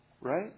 right